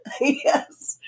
Yes